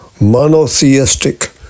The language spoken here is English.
monotheistic